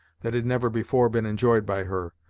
that had never before been enjoyed by her,